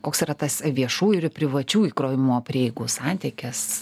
koks yra tas viešųjų ir privačių įkrovimo prieigų santykis